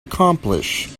accomplish